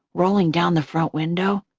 rolling down the front window.